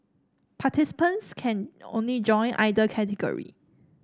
participants can only join either category